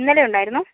ഇന്നലെ ഉണ്ടായിരുന്നോ